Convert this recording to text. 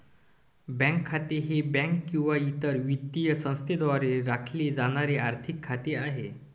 bank खाते हे bank किंवा इतर वित्तीय संस्थेद्वारे राखले जाणारे आर्थिक खाते आहे